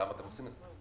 למה אתם עושים את זה?